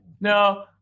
no